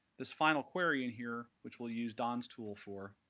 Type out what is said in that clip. this final query in here, which we'll use dan's tool for,